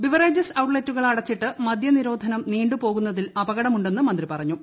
beverages ഔട്ട്ലെറ്റുകൾ അടച്ചിട്ട് മദ്യനിരോധനം നീണ്ടുപോകുന്നതിൽ അപകടമുണ്ടെന്ന് മന്ത്രി പറഞ്ഞു